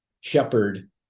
shepherd